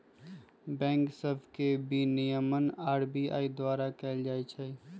bank सभ के विनियमन आर.बी.आई द्वारा कएल जाइ छइ